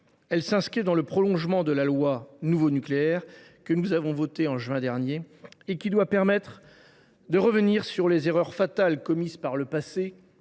Elles s’inscrivent dans le prolongement de la loi sur l’accélération du nucléaire, que nous avons votée en juin dernier et qui doit permettre de revenir sur les erreurs fatales commises par le passé,